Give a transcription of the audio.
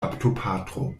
baptopatro